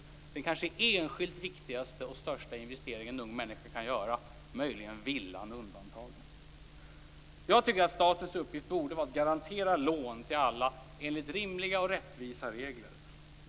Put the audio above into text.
Det är den kanske enskilt viktigaste och största investering en ung människa kan göra, möjligen villan undantagen. Jag tycker att statens uppgift borde vara att garantera lån till alla enligt rimliga och rättvisa regler.